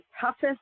toughest